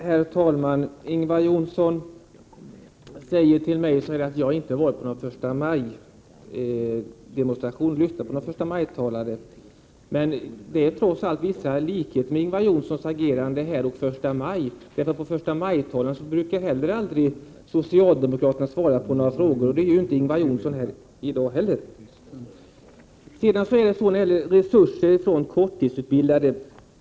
Herr talman! Ingvar Johnsson säger att det verkar som att jag inte lyssnat på någon förstamajtalare. Det finns vissa likheter mellan Ingvar Johnsson och förstamajtalare. Socialdemokraterna brukar aldrig svara på några frågor på förstamajmöten, och det gör Ingvar Johnsson inte heller här i dag.